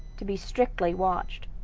to be strictly watched.